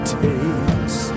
takes